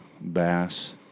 bass